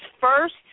first